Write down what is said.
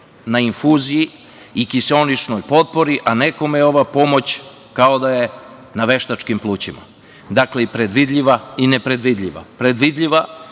na infuziji i kiseoničnoj potpori, a nekome je ova pomoć kao da je na veštačkim plućima. Dakle, predvidiva i nepredvidljiva. Predvidljiva,